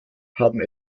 haben